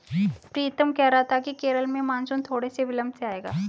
पीतम कह रहा था कि केरल में मॉनसून थोड़े से विलंब से आएगा